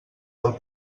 del